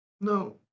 No